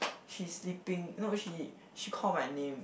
she sleeping no she she call my name